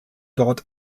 dort